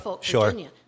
sure